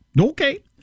Okay